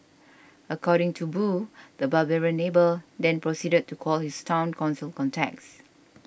according to Boo the barbarian neighbour then proceeded to call his Town Council contacts